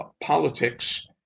politics